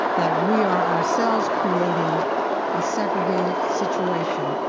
that we are ourselves creating a segregated situation.